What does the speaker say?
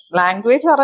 language